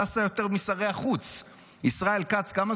את טסה יותר משרי החוץ.